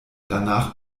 danach